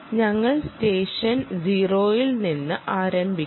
ഞങ്ങൾ സ്റ്റെഷൻ 0 യിൽ നിന്ന് ആരംഭിക്കും